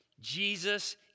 Jesus